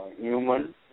human